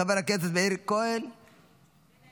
חבר הכנסת מאיר כהן, מוותר?